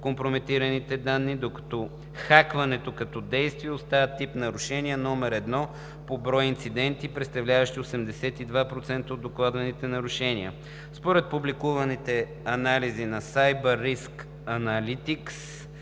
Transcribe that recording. компрометираните данни, докато хакването като действие остава тип нарушение номер едно по брой инциденти, представляващи 82% от докладваните нарушения. Според публикуваните анализи на Cyber Risk Analytics